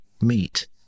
meet